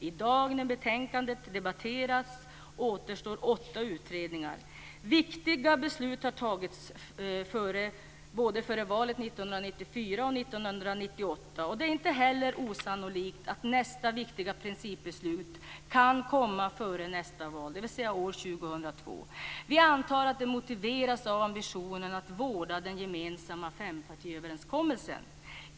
I dag när betänkandet debatteras återstår åtta utredningar. Viktiga beslut har tagits före valen både 1994 och 1998. Det är inte heller helt osannolikt att nästa viktiga principbeslut kan komma före nästa val, dvs. år 2002. Vi antar att det motiveras av ambitionen att vårda den gemensamma fempartiöverenskommelsen.